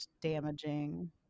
damaging